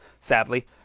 sadly